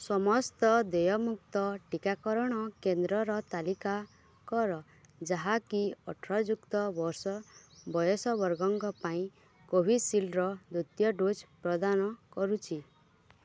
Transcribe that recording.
ସମସ୍ତ ଦେୟମୁକ୍ତ ଟିକାକରଣ କେନ୍ଦ୍ରର ତାଲିକା କର ଯାହାକି ଅଠର ଯୁକ୍ତ ବର୍ଷ ବୟସ ବର୍ଗଙ୍କ ପାଇଁ କୋଭିଶିଲ୍ଡ୍ର ଦ୍ୱିତୀୟ ଡ଼ୋଜ୍ ପ୍ରଦାନ କରୁଛି